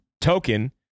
token